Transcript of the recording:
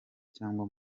cyangwa